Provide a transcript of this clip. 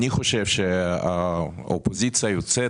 אני חושב שהאופוזיציה היוצאת,